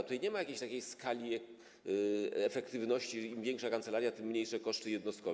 Tutaj nie ma jakiejś takiej skali efektywności - im większa kancelaria, tym mniejsze koszty jednostkowe.